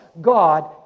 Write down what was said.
God